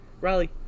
riley